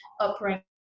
upbringing